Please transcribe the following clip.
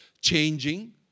changing